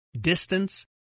distance